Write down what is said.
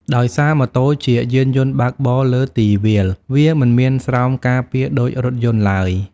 ដោយសារម៉ូតូជាយានយន្តបើកបរលើទីវាល វាមិនមានស្រោមការពារដូចរថយន្តឡើយ។